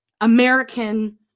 American